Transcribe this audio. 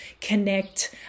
connect